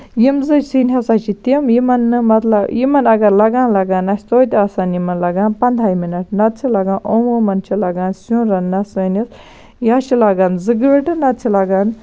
یِم زٕ سِنۍ ہسا چھِ تِم یمن نہٕ مطلب یِمن اَگر لَگان لَگان آسہِ توتہِ آسن یِمن لَگان پَندہے مِنٹ نہ تہٕ چھِ لَگان عموٗمَن چھِ لَگان سیُن رَنٕنَس سٲنِس یا چھِ لگان زٕ گٲٹہٕ نہ تہٕ چھِ لگان